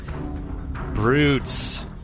Brutes